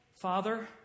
Father